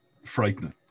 frightening